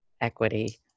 equity